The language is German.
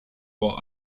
vor